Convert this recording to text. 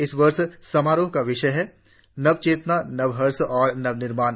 इस वर्ष समारोहों का विषय है नवचेतना नवहर्ष और नव निर्माण